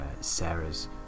Sarah's